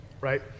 right